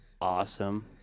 awesome